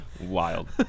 wild